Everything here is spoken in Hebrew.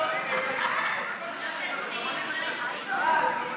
אופן הגשת ההצהרה לקבלת פטור מטעמי דת),